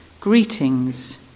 Greetings